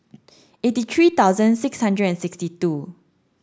eighty three thousand six hundred and sixty two